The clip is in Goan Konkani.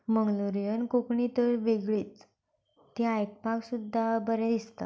मंगलोरीयन कोंकणी तर वेगळीच ती आयकपाक सुद्दा बरें दिसता